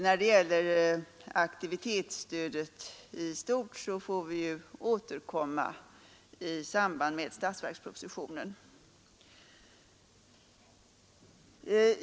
När det gäller aktivitetsstödet i stort får vi återkomma i samband med statsverkspropositionen.